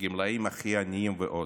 לגמלאים הכי עניים ועוד,